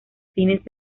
fines